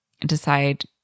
decide